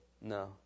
No